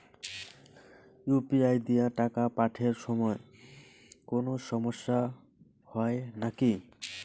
UPI দিয়া টাকা পাঠের সময় কোনো সমস্যা হয় নাকি?